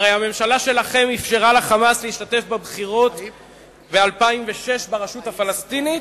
הרי הממשלה שלכם אפשרה ל"חמאס" להשתתף ב-2006 בבחירות ברשות הפלסטינית,